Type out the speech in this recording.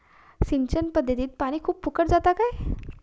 सिंचन पध्दतीत पानी खूप फुकट जाता काय?